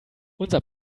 unser